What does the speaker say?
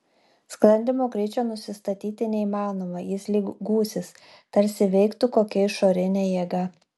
sklandymo greičio nusistatyti neįmanoma jis lyg gūsis tarsi veiktų kokia išorinė jėga